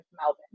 Melbourne